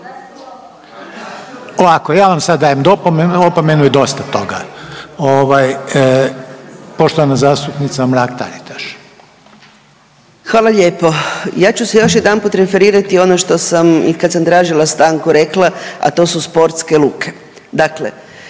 Ovako ja vam sad dajem opomenu i dosta toga. Poštovana zastupnica Mrak Taritaš. **Mrak-Taritaš, Anka (GLAS)** Hvala lijepo. Ja ću se još jedanput referirati ono što sam i kad sam tražila stanku rekla, a to su sportske luke.